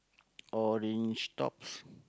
orange tops